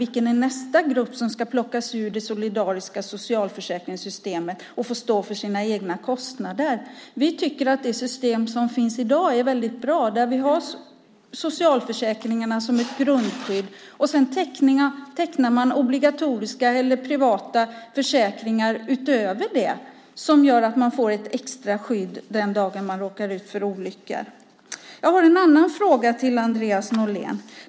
Vilken är nästa grupp som ska plockas ut ur det solidariska socialförsäkringssystemet och få stå för sina egna kostnader? Vi tycker att det system som finns i dag är bra. Socialförsäkringarna finns som ett grundskydd, och sedan tecknar man obligatoriska eller privata försäkringar utöver det som gör att man får ett extra skydd den dag man råkar ut för en olycka. Jag har en annan fråga till Andreas Norlén.